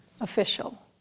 official